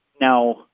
Now